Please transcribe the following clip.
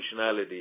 functionality